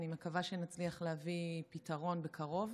ואני מקווה שנצליח להביא פתרון בקרוב.